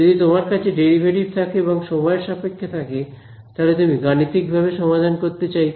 যদি তোমার কাছে ডেরিভেটিভ থাকে এবং সময়ের সাপেক্ষে থাকে তাহলে তুমি গাণিতিকভাবে সমাধান করতে চাইবে